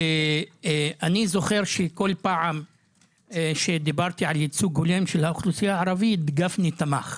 אני זוכר שכל פעם שדיברתי על ייצוג הולם של האוכלוסייה הערבית גפני תמך,